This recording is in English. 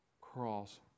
cross